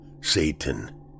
Satan